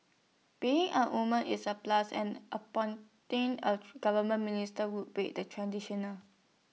being A woman is A plus and appointing A government minister would break the traditional